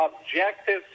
objective